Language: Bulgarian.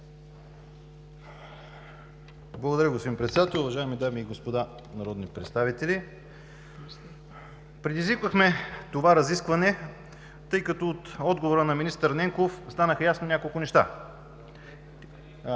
Благодаря, господин Председател. Уважаеми дами и господа народни представители! Предизвикахме това разискване, тъй като от отговора на министър Ненков станаха ясни няколко неща.